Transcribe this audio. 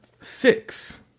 Six